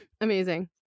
Amazing